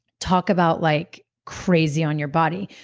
talk about like crazy on your body,